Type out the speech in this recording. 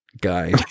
guy